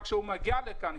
רק כשהוא מגיע לכאן,